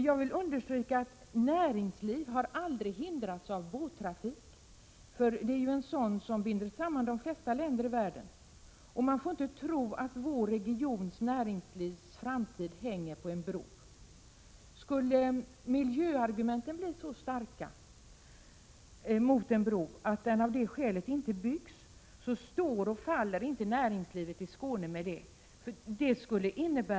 Jag vill understryka att näringslivet aldrig har hindrats av båttrafiken. Det är ju båttrafiken som binder samman de flesta länder i världen. Man får inte tro att framtiden för vår regions näringsliv är helt beroende av en bro. Om miljöargumenten mot en bro skulle bli så starka att man av det skälet inte — Prot. 1987/88:31 bygger någon bro, är det för den skull inte så, att näringslivet i Skåne ståroch 25 november 1987 faller därmed.